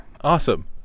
Awesome